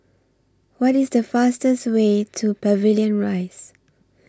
What IS The fastest Way to Pavilion Rise